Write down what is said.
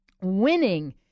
winning